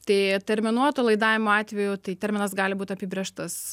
tai terminuoto laidavimo atveju tai terminas gali būt apibrėžtas